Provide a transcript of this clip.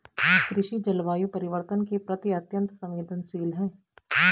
कृषि जलवायु परिवर्तन के प्रति अत्यंत संवेदनशील है